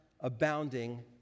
abounding